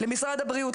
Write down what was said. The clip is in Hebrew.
למשרד הבריאות,